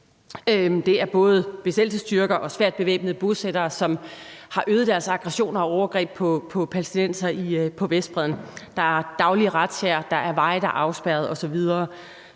Det er både besættelsesstyrker og svært bevæbnede bosættere, som har øget deres aggressioner og overgreb på palæstinensere på Vestbredden. Der er daglige razziaer, veje bliver afspærret osv.,